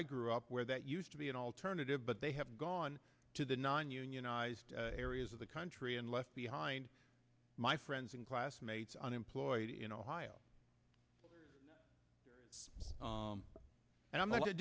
i grew up where that used to be an alternative but they have gone to the non unionized areas of the country and left behind my friends and classmates unemployed in ohio and i'm not